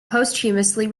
posthumously